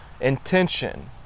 intention